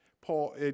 Paul